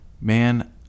man